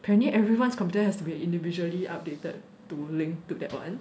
apparently everyone's computer has to be individually updated to link to that one